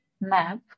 map